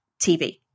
TV